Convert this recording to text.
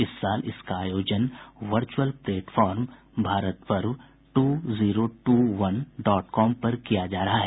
इस साल इसका आयोजन virtual platform Bharat Parv two zero two one dot com पर किया जा रहा है